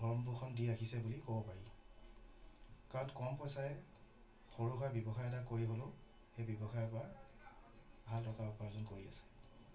ভৰণ পোষণ দি ৰাখিছে বুলি ক'ব পাৰি কাৰণ কম পইচাৰে সৰুসুৰা ব্যৱসায় এটা কৰি হ'লেও সেই ব্যৱসায়ৰপৰা ভাল টকা উপাৰ্জন কৰি আছে